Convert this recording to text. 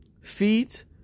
Feet